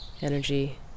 energy